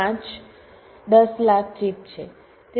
5 દસ લાખ ચિપ છે